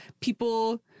people